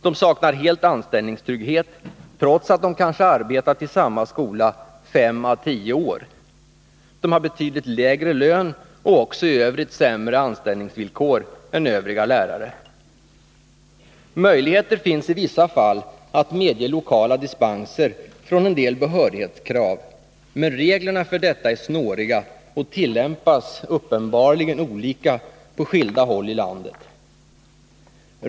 De saknar helt anställningstrygghet, trots att de kanske arbetat på samma skola 5—-10 år. De har betydligt lägre lön och också i övrigt sämre anställningsvillkor än övriga lärare, Möjligheter finns i vissa fall att medge lokala dispenser från en del behörighetskrav, men reglerna för detta är snåriga och tillämpas uppenbarligen olika på skilda håll i landet.